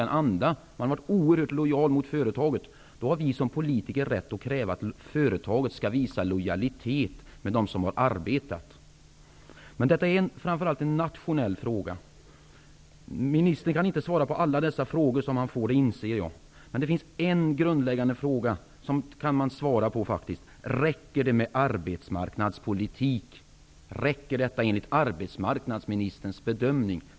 De anställda har varit oerhört lojala mot företaget, och då har vi politiker rätt att kräva att företaget skall visa lojalitet med dem som har arbetat där. Men detta är framför allt en nationell fråga. Att arbetsmarknadsministern inte kan svara på alla frågor som han får, det inser jag. Men det finns en grundläggande fråga som går att svara på: Räcker det, enligt arbetsmarknadsministerns bedömning, med arbetsmarknadspolitik?